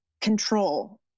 control